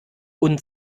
und